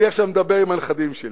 אני עכשיו אני מדבר עם הנכדים שלי.